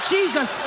Jesus